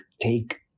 take